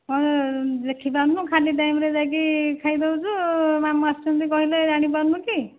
ହଁ ଦେଖିପାରୁନୁ ଖାଲି ଟାଇମ୍ରେ ଯାଇକି ଖାଇ ଦେଉଛୁ ମାମୁଁ ଆସିଛନ୍ତି କହିଲେ ଜାଣିପାରୁନୁ କି